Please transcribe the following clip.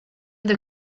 the